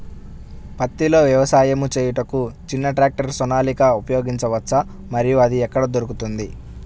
పత్తిలో వ్యవసాయము చేయుటకు చిన్న ట్రాక్టర్ సోనాలిక ఉపయోగించవచ్చా మరియు అది ఎక్కడ దొరుకుతుంది?